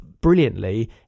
brilliantly